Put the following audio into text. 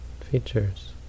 features